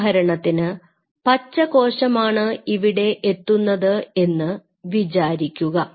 ഉദാഹരണത്തിന് പച്ച കോശം ആണ് ഇവിടെ എത്തുന്നത് എന്ന് വിചാരിക്കുക